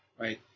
right